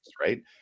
right